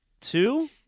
two